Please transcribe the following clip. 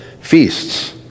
feasts